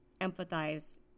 empathize